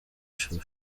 shuri